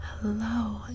Hello